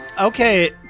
Okay